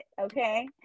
okay